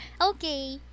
Okay